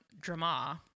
drama